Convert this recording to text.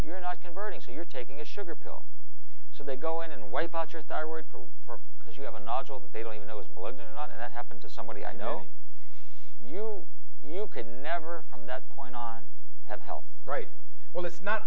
you're not converting so you're taking a sugar pill so they go in and wipe out your thyroid for for because you have a nodule that they don't even know is malignant and that happened to somebody i know you you could never from that point on have health right well it's not